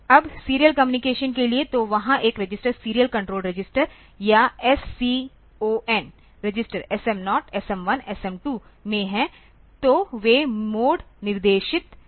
अब serial communication के लिए तो वहा एक रजिस्टर सीरियल कंट्रोल रजिस्टर या SCON register SM0 SM1 SM2 में है तो वे मोड निर्दिष्ट हैं